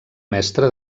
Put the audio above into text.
mestre